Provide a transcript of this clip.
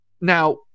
now